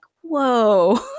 whoa